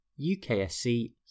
UKSC